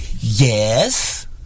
Yes